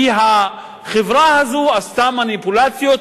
כי החברה הזאת עשתה מניפולציות,